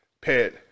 pet